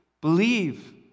Believe